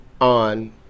on